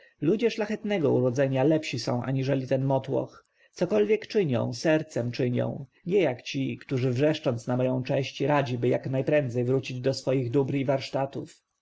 ludzie szlachetnego urodzenia lepsi są aniżeli ten motłoch cokolwiek czynią sercem czynią nie jak ci którzy wrzeszcząc na moją cześć radziby jak najprędzej wrócić do swoich obór i warsztatów